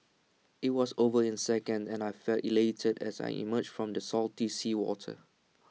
IT was over in second and I felt elated as I emerged from the salty seawater